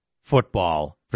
football